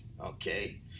Okay